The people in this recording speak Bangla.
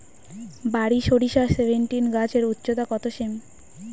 বারি সরিষা সেভেনটিন গাছের উচ্চতা কত সেমি?